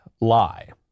lie